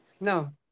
No